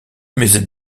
musée